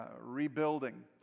rebuilding